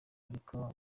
ariko